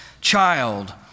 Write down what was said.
child